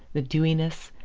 the dewiness,